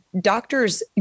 Doctors